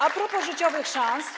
A propos życiowych szans.